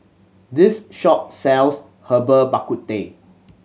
this shop sells Herbal Bak Ku Teh